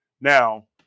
Now